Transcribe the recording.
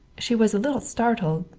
she was a little startled,